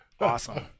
awesome